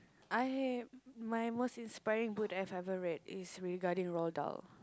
I hear my most inspiring that I have ever read is regarding Roald-Dahl